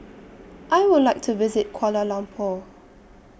I Would like to visit Kuala Lumpur